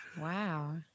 wow